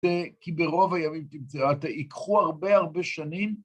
‫כי ברוב הימים תמצאה, ‫אתה ייקחו הרבה הרבה שנים.